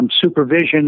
supervision